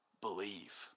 believe